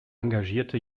engagierte